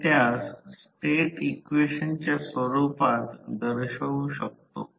हे आऊटपुट आहे आणि हे कॉपर लॉस आहे